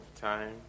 time